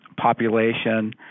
population